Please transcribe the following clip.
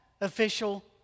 official